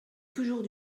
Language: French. toujours